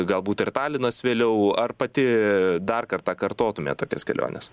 galbūt ir talinas vėliau ar pati dar kartą kartotumėt tokias keliones